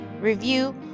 review